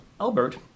Albert